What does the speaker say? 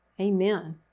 Amen